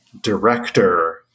director